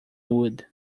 wood